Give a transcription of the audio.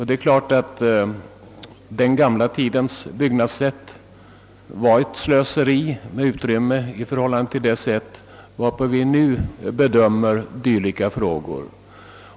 Det är klart att den gamla tidens byggnadssätt innebar ett slöseri med utrymme i jämförelse med dagens.